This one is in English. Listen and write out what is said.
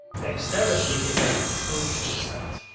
dexterity is a crucial stat.